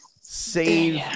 save